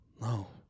No